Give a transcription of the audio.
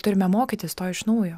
turime mokytis to iš naujo